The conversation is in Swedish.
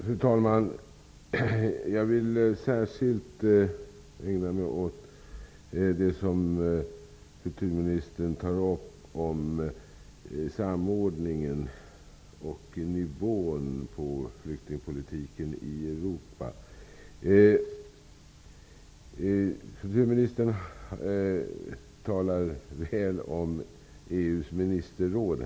Fru talman! Jag vill särskilt ägna mig åt det som kulturministern tar upp om samordningen och nivån på flyktingmottagandet i Europa. Kulturministern talar väl om EU:s ministerråd.